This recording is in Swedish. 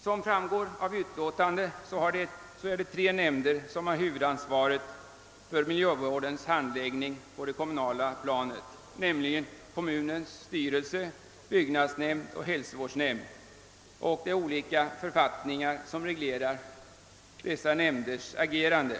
Som framgår av utlåtandet är det tre nämnder som har huvudansvaret för miljövården på det kommunala planet — kommunens styrelse, byggnadsnämnden och hälsovårdsnämnden — och det är olika författningar som reglerar dessa nämnders agerande.